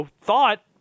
thought